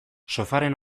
sofaren